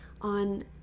on